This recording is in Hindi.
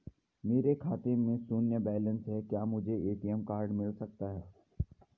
मेरे खाते में शून्य बैलेंस है क्या मुझे ए.टी.एम कार्ड मिल सकता है?